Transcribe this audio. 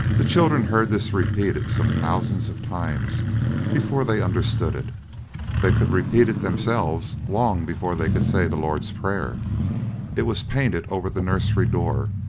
the children heard this repeated some thousands of times before they understood it they could repeat it themselves long before they could say the lord's prayer it was painted over the nursery door,